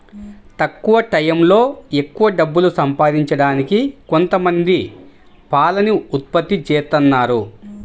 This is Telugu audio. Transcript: తక్కువ టైయ్యంలో ఎక్కవ డబ్బులు సంపాదించడానికి కొంతమంది పాలని ఉత్పత్తి జేత్తన్నారు